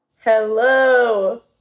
Hello